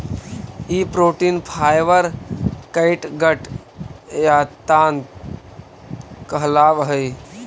ई protein fibre catgut या ताँत कहलावऽ हई